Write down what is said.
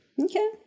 Okay